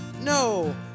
No